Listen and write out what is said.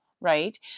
right